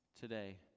today